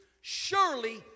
surely